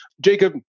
Jacob